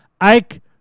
Ike